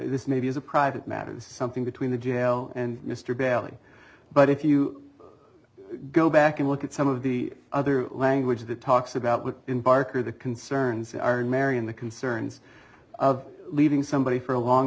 this maybe is a private matter this is something between the jail and mr bailey but if you go back and look at some of the other language that talks about what in parker the concerns are in marion the concerns of leaving somebody for a long